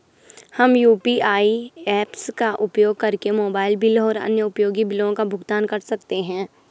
हम UPI apps का उपयोग करके मोबाइल बिल और अन्य उपयोगी बिलों का भुगतान कर सकते हैं